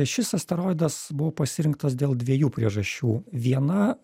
šis asteroidas buvo pasirinktas dėl dviejų priežasčių viena